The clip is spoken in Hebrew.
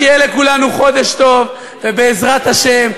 שיהיה לכולנו חודש טוב, ובעזרת השם,